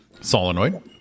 solenoid